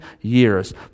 years